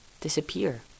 disappear